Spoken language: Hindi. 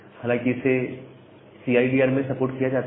हालांकि इसे सीआईडीआर में सपोर्ट किया जाता है